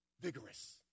Vigorous